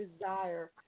desire